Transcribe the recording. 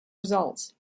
results